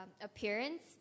appearance